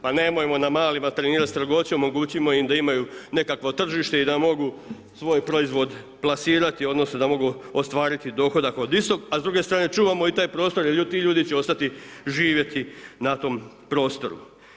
Pa nemojmo na malima trenirat strogoću, omogućimo im da imaju nekakvo tržište i da mogu svoj proizvod plasirati odnosno da mogu ostvariti dohodak od istog, a s druge strane čuvamo i taj prostor jer ti ljudi će ostati živjeti na tom prostoru.